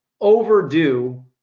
overdue